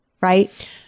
Right